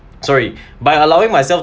sorry by allowing myself